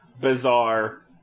bizarre